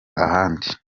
ahandi